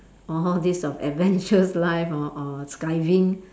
all these of adventurous life or or skydiving